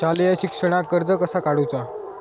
शालेय शिक्षणाक कर्ज कसा काढूचा?